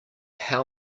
how